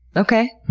okay.